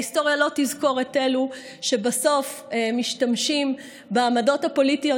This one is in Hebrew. ההיסטוריה לא תזכור את אלה שבסוף משתמשים בעמדות הפוליטיות